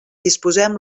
disposem